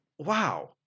wow